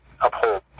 uphold